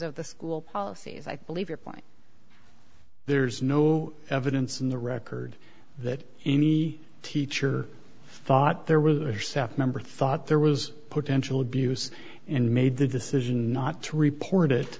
of the school policies i believe your point there's no evidence in the record that any teacher thought there were september thought there was potential abuse and made the decision not to report it